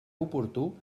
oportú